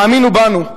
האמינו בנו,